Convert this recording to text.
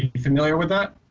you familiar with that?